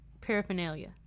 Paraphernalia